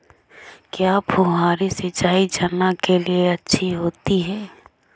क्या फुहारी सिंचाई चना के लिए अच्छी होती है?